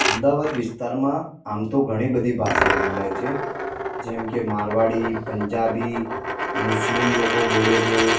અમદાવાદ વિસ્તારમાં આમ તો ઘણી બધી ભાષાઓ બોલાય છે જેમ કે મારવાડી પંજાબી મુસ્લિમ લોકો બોલે છે